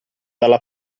dalla